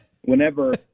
whenever